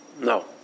No